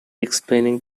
explaining